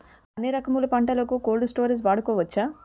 ఎన్ని రకములు పంటలకు కోల్డ్ స్టోరేజ్ వాడుకోవచ్చు?